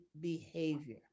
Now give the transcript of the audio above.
behavior